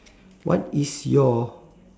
what is your